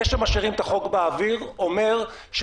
זה שמשאירים את החוק באוויר בעצם אומר: